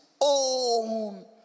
own